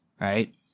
right